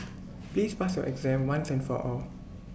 please pass your exam once and for all